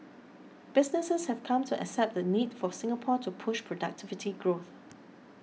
businesses have come to accept the need for Singapore to push productivity growth